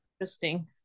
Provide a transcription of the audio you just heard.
Interesting